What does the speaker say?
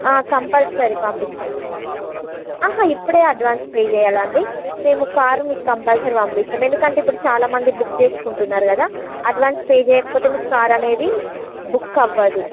compulsory పంపిస్తాం ఇప్పుడే advance pay చెయ్యలండి మేము కార్ మీకు కంపల్సరీ పంపిస్తాం ఎందుకంటే ఇప్పుడు చాలామంది బుక్ చేసుకుంటున్నారు కదా అడ్వాన్స్ పే చెయ్యకపోతే మీకు కార్ అనేది బుక్ అవ్వదు